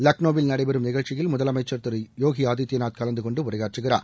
லக்னோவில் நடைபெறும் நிகழ்ச்சியில் முதலமைச்சர் திரு போதி ஆதித்யநாத் கலந்து கொண்டு உரையாற்றுகிறார்